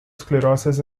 sclerosis